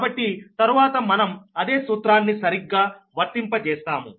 కాబట్టి తరువాత మనం అదే సూత్రాన్ని సరిగ్గా వర్తింపజేస్తాము